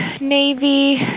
navy